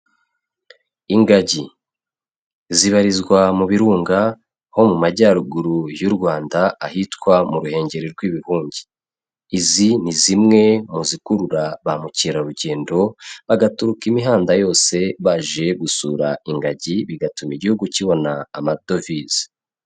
Ingagi zibarizwa mu birunga ho mu majyaruguru y'u Rwanda ahitwa mu Ruhengeri rw'ibihungi, izi ni zimwe mu zikurura ba mukerarugendo bagaturuka imihanda yose baje gusura ingagi bigatuma igihugu kibona amadovize.